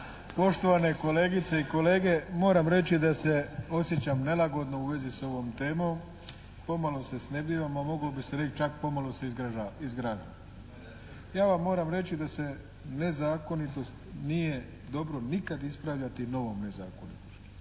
poštovane kolegice i kolege. Moram reći da se osjećam nelagodno u vezi s ovom temom. Pomalo se snebdivam, a moglo bi se reći čak pomalo se i zgražavam. Ja vam moram reći da se nezakonitost nije dobro nikad ispravljati u novome zakonu.